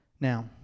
Now